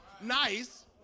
nice